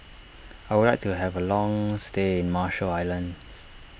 I would like to have a long stay in Marshall Islands